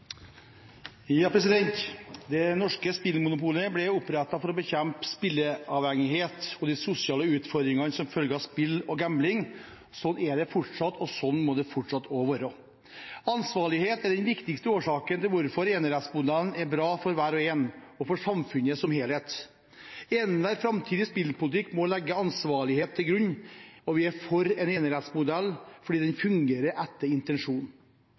Det norske spillmonopolet ble opprettet for å bekjempe spilleavhengighet og de sosiale utfordringene som følge av spill og gambling. Slik er det fortsatt, og slik må det fortsatt være. Ansvarlighet er den viktigste årsaken til hvorfor enerettsmodellen er bra for hver og en, og for samfunnet som helhet. Enhver framtidig spillpolitikk må legge ansvarlighet til grunn. Vi er for en enerettsmodell fordi den fungerer etter intensjonen.